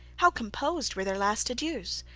how composed were their last adieus!